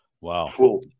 Wow